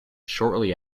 shortly